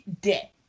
dead